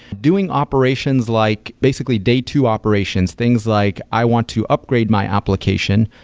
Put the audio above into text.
doing operations, like basically day two operations, things like, i want to upgrade my application.